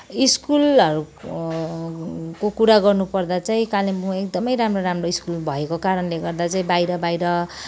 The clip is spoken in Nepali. स्कुलहरूको कुरा गर्नुपर्दा चाहिँ कालिम्पोङमा एकदम राम्रो राम्रो स्कुल भएको कारणले गर्दा चाहिँ बाहिर बाहिर